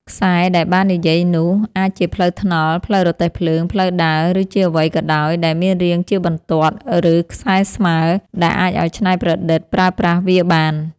ខ្សែ ដែលបាននិយាយនោះ អាចជាផ្លូវថ្នល់ ផ្លូវរទេះភ្លើង ផ្លូវដើរ ឬជាអ្វីក៏ដោយ ដែលមានរាងជាបន្ទាត់ ឬខ្សែស្មើរ ដែលអាចឱ្យច្នៃប្រឌិតប្រើប្រាស់វាបាន។